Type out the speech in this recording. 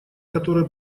которые